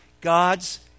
God's